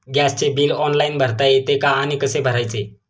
गॅसचे bill online भरता येते का आणि कसे भरायचे?